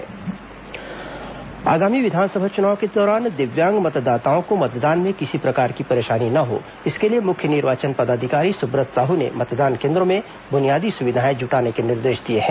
निर्वाचन कार्यालय निर्देश आगामी विधानसभा चुनाव के दौरान दिव्यांग मतदाताओं को मतदान में किसी प्रकार की परेशानी न हो इसके लिए मुख्य निर्वाचन पदाधिकारी सुब्रत साह ने मतदान केंद्रों में बुनियादी सुविधाएं जुटाने के निर्देश दिए हैं